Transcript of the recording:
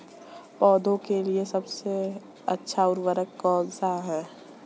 पौधों के लिए सबसे अच्छा उर्वरक कौनसा हैं?